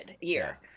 year